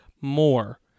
more